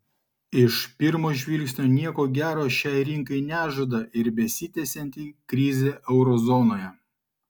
iš pirmo žvilgsnio nieko gero šiai rinkai nežada ir besitęsianti krizė euro zonoje